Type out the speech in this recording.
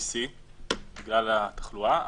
VC בגלל התחלואה,